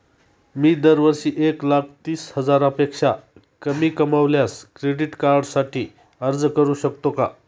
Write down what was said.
मी दरवर्षी एक लाख तीस हजारापेक्षा कमी कमावल्यास क्रेडिट कार्डसाठी अर्ज करू शकतो का?